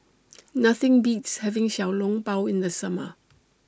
Nothing Beats having Xiao Long Bao in The Summer